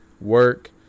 work